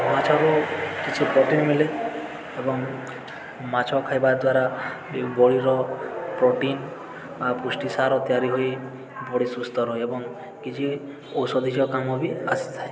ମାଛରୁ କିଛି ପ୍ରୋଟିନ୍ ମିଲେ ଏବଂ ମାଛ ଖାଇବା ଦ୍ୱାରା ବଡ଼ିର ପ୍ରୋଟିନ୍ ବା ପୁଷ୍ଟି ସାର ତିଆରି ହୋଇ ବଡ଼ି ସୁସ୍ଥ ରହେ ଏବଂ କିଛି ଔଷଧୀୟ କାମ ବି ଆସିଥାଏ